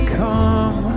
come